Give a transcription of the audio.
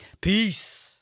Peace